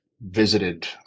visited